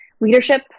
leadership